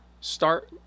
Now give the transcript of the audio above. start